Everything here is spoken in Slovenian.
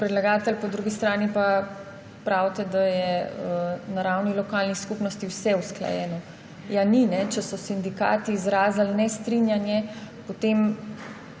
kot predlagatelj, po drugi strani pa pravite, da je na ravni lokalne skupnosti vse usklajeno. Ja ni. Če so sindikati izrazili nestrinjanje, potem